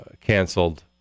canceled